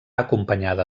acompanyada